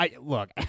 Look